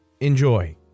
enjoy